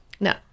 No